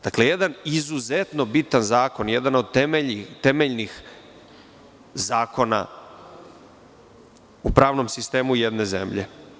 Dakle, jedan izuzetno bitan zakon, jedan od temeljnih zakona u pravnom sistemu jedne zemlje.